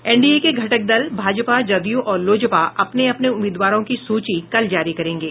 NDA के घटक दल भाजपा जदयू और लोजपा अपने अपने उम्मीदवारों की सूची कल जारी करेंगे